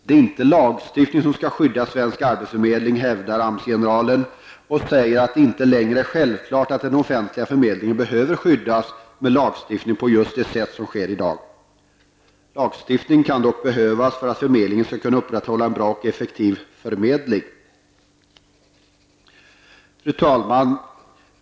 Det är inte lagstiftningen som skall skydda svensk arbetsförmedling, hävdar AMS-generalen och säger att det inte längre är självklart att den offentliga förmedlingen behöver skyddas just på det sätt som sker i dag. Lagstiftning kan dock behövas för att förmedlingen skall kunna upprätthålla en bra och effektiv förmedling. Fru talman!